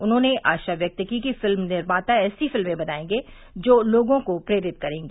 उन्होंने आशा व्यक्त की कि फिल्म निर्माता ऐसी फिल्में बनायेंगे जो लोगों को प्रेरित करेंगी